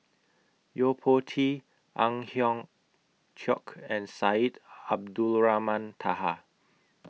Yo Po Tee Ang Hiong Chiok and Syed Abdulrahman Taha